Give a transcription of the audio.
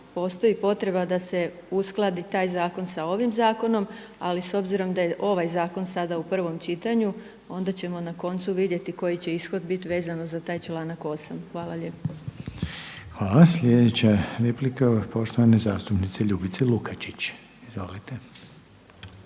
postoji potreba da se uskladi taj zakon sa ovim zakonom. Ali s obzirom da je ovaj zakon sada u prvom čitanju, onda ćemo na koncu vidjeti koji će ishod biti vezano za taj članak 8. Hvala lijepo. **Reiner, Željko (HDZ)** Hvala. Sljedeća replika je poštovane zastupnice Ljubice Lukačić. Izvolite.